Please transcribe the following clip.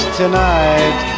tonight